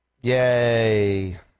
Yay